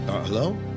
Hello